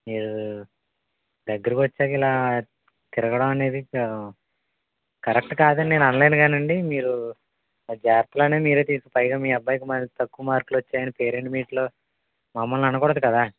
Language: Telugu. మీరు దగ్గరకొచ్చాక ఇలా తిరగడం అనేది కరక్ట్ కాదని నేననలేను గానండి మీరు జాగ్రత్తలన్నీ మీరే తీసి పైగా మీ అబ్బాయికి మొన్న మళ్ళీ తక్కువ మార్కులు వచ్చాయని పేరెంట్స్ మీట్లో మమ్మల్ని అనకూడదు కదా